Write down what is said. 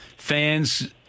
fans